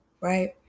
right